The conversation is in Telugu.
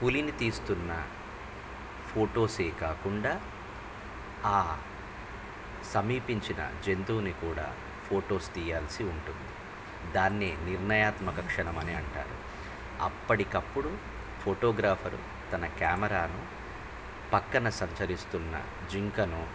పులిని తీస్తున్న ఫొటోసే కాకుండా ఆ సమీపించిన జంతువుని కూడా ఫొటోస్ తీయాల్సి ఉంటుంది దాన్ని నిర్ణయాత్మక క్షణం అని అంటారు అప్పటికప్పుడు ఫోటోగ్రాఫర్ తన కెమెరాను పక్కన సంచరిస్తున్న జింకను